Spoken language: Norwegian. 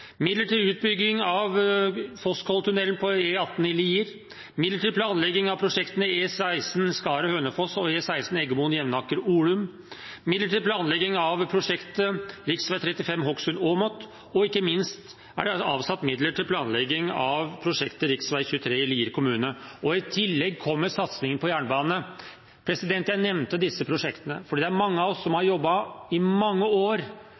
utbygging av Fosskolltunnelen på E18 i Lier, midler til planlegging av prosjektene E16 Skaret–Hønefoss og E16 Eggemoen–Jevnaker–Olum, midler til planlegging av prosjektet rv. 35 Hokksund–Åmot, og ikke minst er det satt av midler til planlegging av prosjektet rv. 23 i Lier kommune. I tillegg kommer flere satsinger på jernbane. Jeg nevnte disse prosjektene fordi det er mange av oss som har jobbet i mange år